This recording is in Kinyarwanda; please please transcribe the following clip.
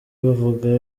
bavuga